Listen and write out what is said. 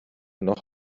noch